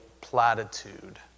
platitude